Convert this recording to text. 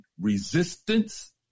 resistance